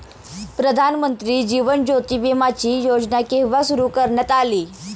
प्रधानमंत्री जीवन ज्योती विमाची योजना केव्हा सुरू करण्यात आली?